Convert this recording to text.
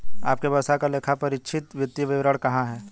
आपके व्यवसाय का लेखापरीक्षित वित्तीय विवरण कहाँ है?